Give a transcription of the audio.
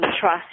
trust